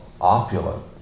opulent